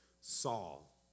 Saul